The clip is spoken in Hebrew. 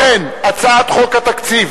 חוק התקציב